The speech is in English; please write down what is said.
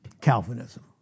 Calvinism